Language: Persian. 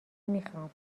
میخوام